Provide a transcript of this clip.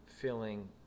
feeling